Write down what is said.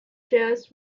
jazz